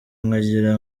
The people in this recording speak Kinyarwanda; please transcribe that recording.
nkagira